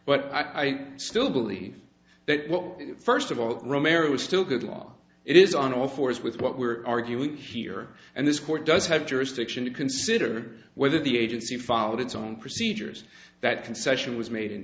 but i do still believe that well first of all romero is still good law it is on all fours with what we're arguing here and this court does have jurisdiction to consider whether the agency followed its own procedures that concession was made